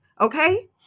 Okay